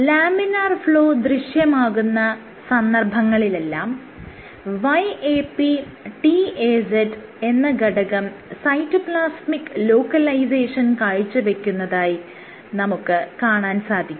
laminar flow ദൃശ്യമാകുന്ന സന്ദർഭങ്ങളിളെല്ലാം YAPTAZ എന്ന ഘടകം സൈറ്റോപ്ലാസ്മിക് ലോക്കലൈസേഷൻ കാഴ്ചവെക്കുന്നതായി നമുക്ക് കാണാൻ സാധിക്കും